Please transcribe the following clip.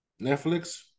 Netflix